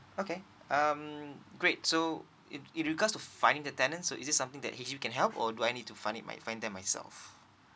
okay um great so with with regards to finding the tenant is it something that H_D_B can help or do I need to find it my find them myself